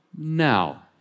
now